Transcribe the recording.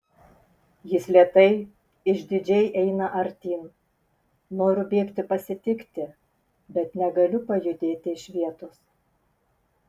jis lėtai išdidžiai eina artyn noriu bėgti pasitikti bet negaliu pajudėti iš vietos